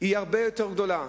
היא הרבה יותר גדולה.